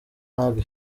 ntabwo